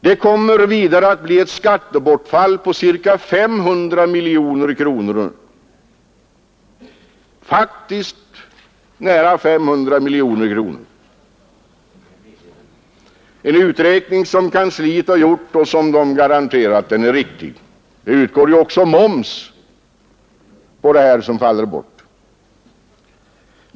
Det kommer vidare att bli ett skattebortfall på ca 500 miljoner kronor. Det är en uträkning som kansliet gjort och garanterar är riktig. Det utgår ju också moms på den försäljning som då bortfaller.